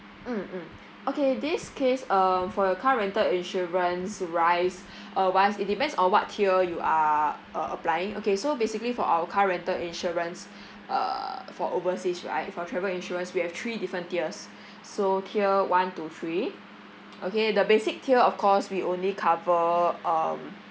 mm mm okay this case um for your car rental insurance rise uh wise it depends on what tier you are uh applying okay so basically for our car rental insurance uh for overseas right for travel insurance we have three different tiers so tier one to three okay the basic tier of course we only cover um